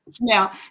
now